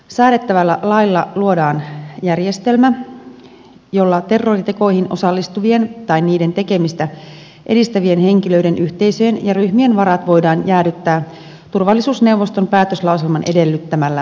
säädettävällä lailla luodaan järjestelmä jolla terroritekoihin osallistuvien tai niiden tekemistä edistävien henkilöiden yhteisöjen ja ryhmien varat voidaan jäädyttää turvallisuusneuvoston päätöslauselman edellyttämällä tavalla